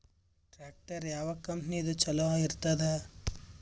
Tractor ಯಾವ ಕಂಪನಿದು ಚಲೋ ಇರತದ?